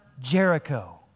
Jericho